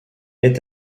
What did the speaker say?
est